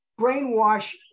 brainwash